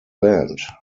band